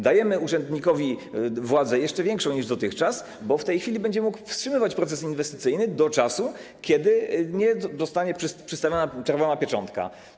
Dajemy urzędnikowi jeszcze większą niż dotychczas władzę, bo w tej chwili będzie mógł wstrzymywać proces inwestycyjny do czasu, kiedy zostanie przystawiona czerwona pieczątka.